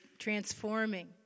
transforming